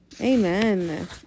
Amen